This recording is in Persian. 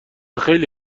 خیلی